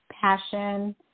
passion